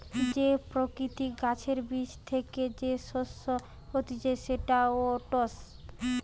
যে প্রকৃতির গাছের বীজ থ্যাকে যে শস্য হতিছে সেটা ওটস